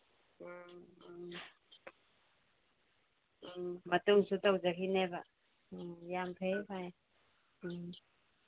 ꯎꯝ ꯎꯝ ꯎꯝ ꯃꯇꯨꯡꯁꯨ ꯇꯧꯖꯈꯤꯅꯦꯕ ꯎꯝ ꯌꯥꯝ ꯐꯩ ꯎꯝ